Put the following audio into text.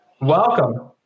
welcome